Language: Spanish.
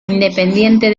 independiente